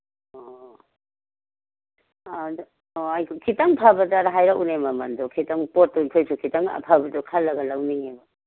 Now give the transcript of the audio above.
ꯑꯣ ꯑꯣ ꯈꯏꯇꯪ ꯐꯕꯗ ꯍꯥꯏꯔꯛꯎꯅꯦ ꯃꯃꯜꯗꯨ ꯈꯤꯇꯪ ꯄꯣꯠꯇꯨ ꯑꯩꯈꯣꯏꯁꯨ ꯈꯤꯇꯪ ꯑꯐꯕꯗꯨ ꯈꯜꯂꯒ ꯂꯧꯅꯤꯡꯉꯦꯕ